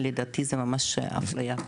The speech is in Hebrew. לדעתי זה ממש אפליה,